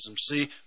see